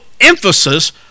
emphasis